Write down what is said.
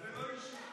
יואל רזבוזוב,